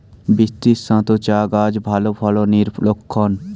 বৃষ্টিস্নাত চা গাছ ভালো ফলনের লক্ষন